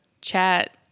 chat